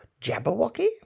Jabberwocky